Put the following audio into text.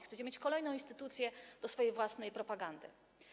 Chcecie mieć kolejną instytucję do swojej własnej propagandy.